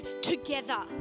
together